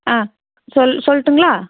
ஆ சொல் சொல்லிட்டுங்களா